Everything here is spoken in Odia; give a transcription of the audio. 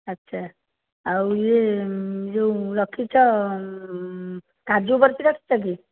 ଆଚ୍ଛା ଆଉ ଇଏ ଯେଉଁ ରଖିଛ କାଜୁ ରଖିଛ କି